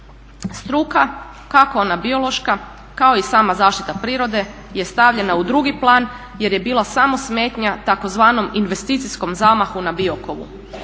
Struka kako ona biološka kao i sama zaštita prirode je stavljena u drugi plan, jer je bila samo smetnja tzv. investicijskom zamahu na Biokovu.